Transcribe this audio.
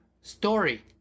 story